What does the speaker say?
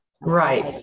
Right